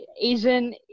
Asian